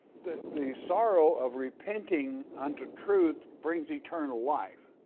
the the sorrow of repenting unto truth brings eternal life.